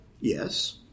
Yes